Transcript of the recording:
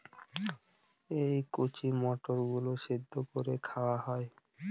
এই কচি মটর গুলো সেদ্ধ করে খাওয়া হয়